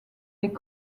des